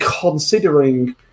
considering